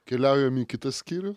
keliaujam į kitą skyrių